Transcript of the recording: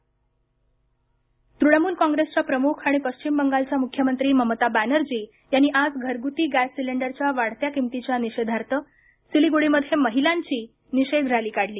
ममता बॅनर्जी तूणमूल कॉंग्रेसच्या प्रमुख आणि पश्चिम बंगालच्या मुख्यमंत्री ममता बॅनर्जी यांनी आज घरगुती गैस सिलेंडरच्या वाढत्या किमतीच्या निषेधार्थ सिलिगुडीमध्ये महिलांची निषेध रॅली काढली